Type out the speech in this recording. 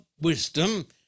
wisdom